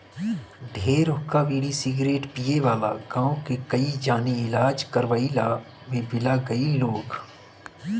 ढेर हुक्का, बीड़ी, सिगरेट पिए वाला गांव के कई जानी इलाज करवइला में बिला गईल लोग